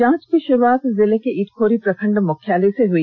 जांच की शुरुआत जिले के इटखोरी प्रखंड मुख्यालय से हई